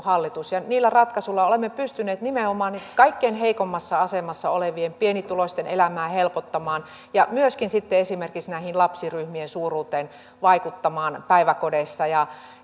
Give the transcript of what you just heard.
hallitus ja niillä ratkaisuilla olemme pystyneet nimenomaan kaikkein heikoimmassa asemassa olevien pienituloisten elämää helpottamaan ja myöskin sitten esimerkiksi näihin lapsiryhmien suuruuteen vaikuttamaan päiväkodeissa ja